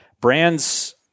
brands